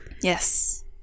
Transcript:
Yes